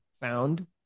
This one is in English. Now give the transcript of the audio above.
found